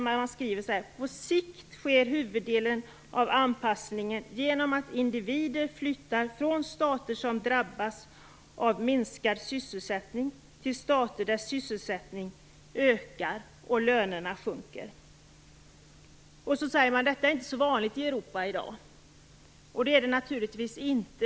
Man skriver så här: På sikt sker huvuddelen av anpassningen genom att individer flyttar från stater som drabbats av minskad sysselsättning till stater där sysselsättningen ökar och lönerna sjunker. Sedan säger man att detta inte är så vanligt i Europa i dag, och det är det naturligtvis inte.